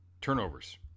Turnovers